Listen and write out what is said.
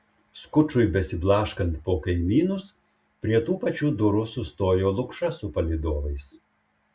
skučui besiblaškant po kaimynus prie tų pačių durų sustojo lukša su palydovais